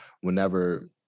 whenever